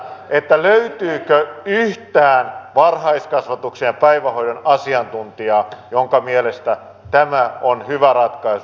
löytyykö yhtään varhaiskasvatuksen ja päivähoidon asiantuntijaa jonka mielestä tämä on hyvä ratkaisu